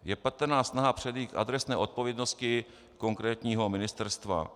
Je patrná snaha předejít adresné odpovědnosti konkrétního ministerstva.